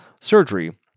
surgery